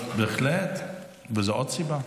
בהחלט, וזו עוד סיבה.